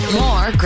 more